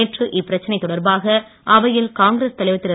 நேற்று இப்பிரச்சனை தொடர்பாக அவையில் காங்கிரஸ் தலைவர் திரு